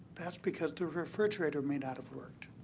that's because the refrigerator may not have worked.